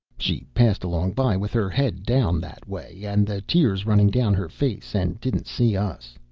she passed along by, with her head down, that way, and the tears running down her face, and didn't see us.